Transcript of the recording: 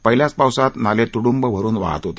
पहिल्याच पावसात नाले तूडुंब भरून वाहत होते